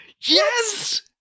Yes